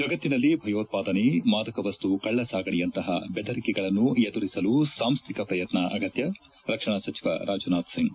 ಜಗತ್ತಿನಲ್ಲಿ ಭಯೋತ್ತಾದನೆ ಮಾದಕವಸ್ತು ಕಳ್ಳಸಾಗಣೆಯಂತಪ ಬೆದರಿಕೆಗಳನ್ನು ಎದುರಿಸಲು ಸಾಂಶ್ಲಿಕ ಪ್ರಯತ್ನ ಅಗತ್ತ ರಕ್ಷಣಾ ಸಚಿವ ರಾಜನಾಥ್ ಸಿಂಗ್